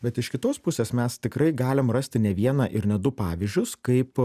bet iš kitos pusės mes tikrai galim rasti ne vieną ir ne du pavyzdžius kaip